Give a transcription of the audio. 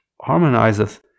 harmonizeth